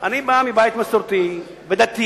אני בא מבית מסורתי ודתי.